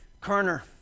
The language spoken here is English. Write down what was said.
Kerner